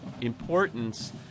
importance